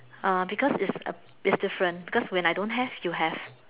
orh because is a is different because when I don't have you have